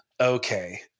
okay